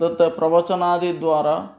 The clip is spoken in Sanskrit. तत् प्रवचनादिद्वारा